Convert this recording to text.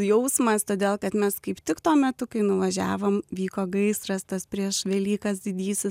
jausmas todėl kad mes kaip tik tuo metu kai nuvažiavom vyko gaisras tas prieš velykas didysis